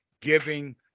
giving